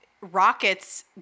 rockets